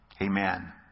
Amen